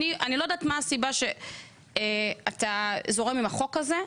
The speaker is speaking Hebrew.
אני לא יודעת מה הסיבה שאתה זורם עם החוק הזה,